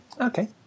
Okay